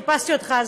חיפשתי אותך,